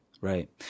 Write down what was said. right